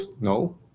No